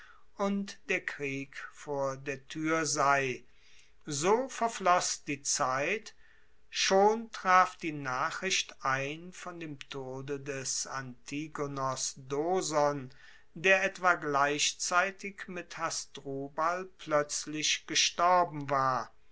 und der krieg vor der tuer sei so verfloss die zeit schon traf die nachricht ein von dem tode des antigonos doson der etwa gleichzeitig mit hasdrubal ploetzlich gestorben war